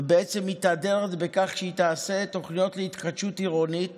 ובעצם מתהדרת בכך שהיא תעשה תוכניות להתחדשות עירונית